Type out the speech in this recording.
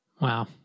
Wow